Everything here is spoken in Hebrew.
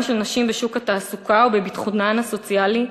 של נשים בשוק התעסוקה ובביטחונן הסוציאלי,